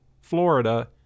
Florida